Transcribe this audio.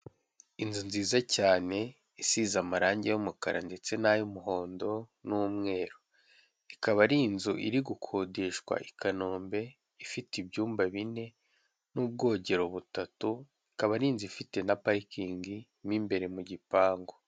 Inzu nziza cyane isize amarangi y'umukara ndetse n'ay'umuhondo n'umweru ikaba ari inzu iri gukodeshwa i Kanombe ifite ibyumba bine n'ubwogero butatu ikaba ari inzu ifite na parikingi mo imbere mu gipangu.